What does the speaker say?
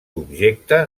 objecte